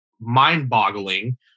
mind-boggling